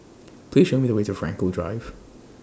Please Show Me The Way to Frankel Drive